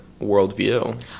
worldview